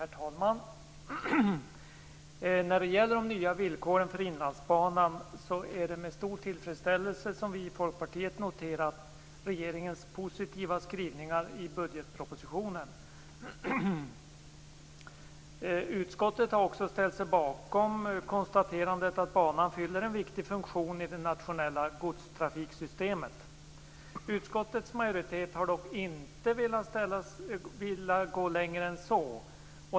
Herr talman! När det gäller de nya villkoren för Inlandsbanan är det med stor tillfredsställelse som vi i Folkpartiet noterat regeringens positiva skrivningar i budgetpropositionen. Utskottet har också ställt sig bakom konstaterandet att banan fyller en viktig funktion i det nationella godstrafiksystemet. Utskottets majoritet har dock inte velat gå längre än så.